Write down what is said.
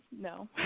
no